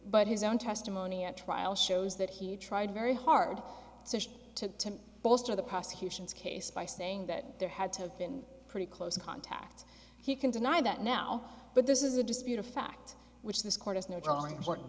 but his own testimony at trial shows that he tried very hard to bolster the prosecution's case by saying that there had to have been pretty close contact he can deny that now but this is a dispute a fact which this court has no drawing important